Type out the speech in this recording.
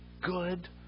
good